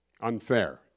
unfair